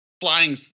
flying